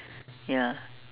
ya